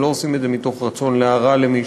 הם לא עושים את זה מתוך רצון להרע למישהו,